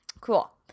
Cool